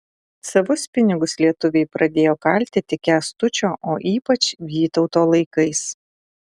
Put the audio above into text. savus pinigus lietuviai pradėjo kalti tik kęstučio o ypač vytauto laikais